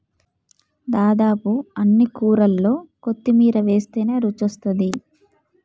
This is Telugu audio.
దాదాపు అన్ని కూరల్లో కొత్తిమీర వేస్టనే రుచొస్తాది